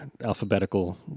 alphabetical